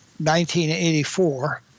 1984